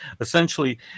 essentially